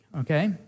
okay